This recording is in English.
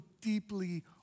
deeply